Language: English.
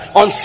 on